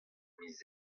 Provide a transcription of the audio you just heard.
miz